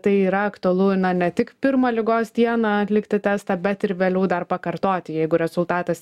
tai yra aktualu ne tik pirmą ligos dieną atlikti testą bet ir vėliau dar pakartoti jeigu rezultatas